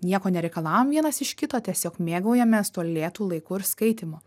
nieko nereikalaujam vienas iš kito tiesiog mėgaujamės tuo lėtu laiku ir skaitymu